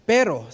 Pero